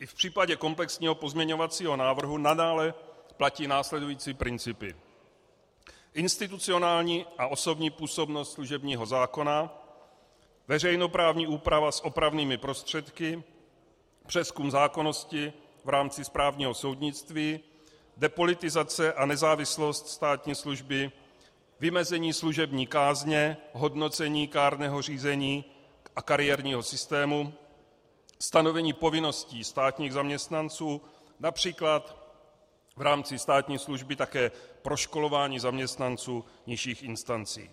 I v případě komplexního pozměňovacího návrhu nadále platí následující principy: institucionální a osobní působnost služebního zákona, veřejnoprávní úprava s opravnými prostředky, přezkum zákonnosti v rámci správního soudnictví, depolitizace a nezávislost státní služby, vymezení služební kázně, hodnocení kárného řízení a kariérního systému, stanovení povinností státních zaměstnanců, například v rámci státní služby také proškolování zaměstnanců nižších instancí.